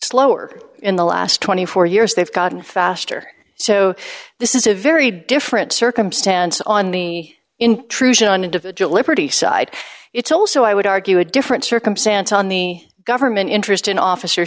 slower in the last twenty four years they've gotten faster so this is a very different circumstance on the intrusion on individual liberty side it's also i would argue a different circumstance on the government interest in office